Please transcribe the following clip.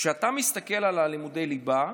כשאתה מסתכל על לימודי ליבה,